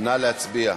נא להצביע.